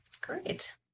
Great